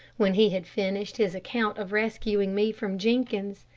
when he had finished his account of rescuing me from jenkins,